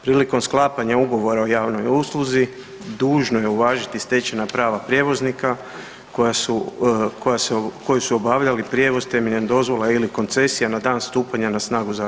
Prilikom sklapanja ugovora o javnoj usluzi, dužno je uvažiti stečena prava prijevoza koji su obavljali prijevoz temeljem dozvola ili koncesija na dan stupanja na snagu zakona.